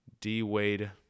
D-Wade